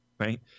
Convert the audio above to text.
Right